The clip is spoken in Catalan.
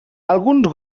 alguns